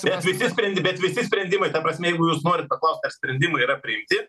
bet visi sprendini bet visi sprendimai ta prasme jeigu jūs norit paklaust ar sprendimai yra priimti